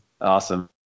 awesome